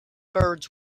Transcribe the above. birds